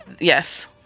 yes